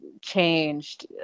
changed